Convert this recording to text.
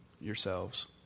yourselves